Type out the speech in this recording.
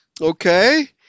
Okay